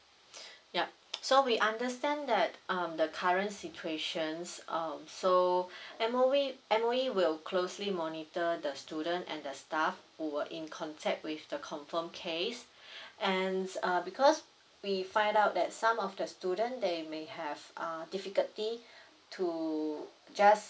ya so we understand that um the current situation's um so M_O_E M_O_E will closely monitor the student and the staff who were in contact with the confirmed case and err because we find out that some of the student they may have uh difficulty to just